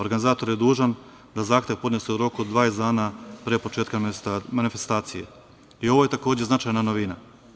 Organizator je dužan da zahtev podnese u roku od 20 dana pre početka manifestacije i ovo je takođe značajna novina.